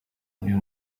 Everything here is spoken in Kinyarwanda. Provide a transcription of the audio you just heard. uyu